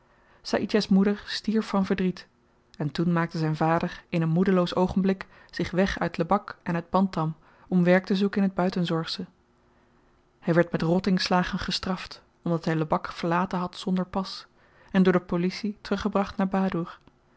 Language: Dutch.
saïdjah's moeder stierf van verdriet en toen maakte zyn vader in een moedeloos oogenblik zich weg uit lebak en uit bantam om werk te zoeken in t buitenzorgsche hy werd met rottingslagen gestraft omdat hy lebak verlaten had zonder pas en door de policie teruggebracht naar badoer